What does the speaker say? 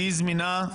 תהיי זמינה,